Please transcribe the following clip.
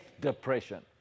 depression